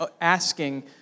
asking